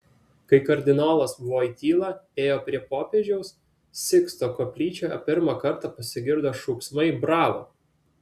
kai kardinolas voityla ėjo prie popiežiaus siksto koplyčioje pirmą kartą pasigirdo šūksmai bravo